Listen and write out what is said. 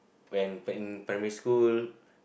when in primary school